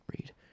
read